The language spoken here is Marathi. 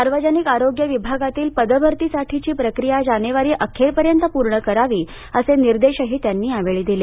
सार्वजनिक आरोग्य विभागातील पदभरतीसाठीची प्रक्रिया जानेवारी अखेरपर्यंत पूर्ण करावी असे निर्देशही त्यांनी दिले